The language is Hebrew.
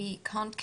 באמת.